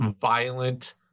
violent